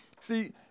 See